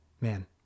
Man